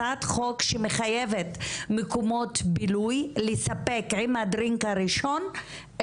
הצעת חוק שמחייבת מקומות בילוי לספק עם הדרינק הראשון,